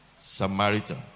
Samaritan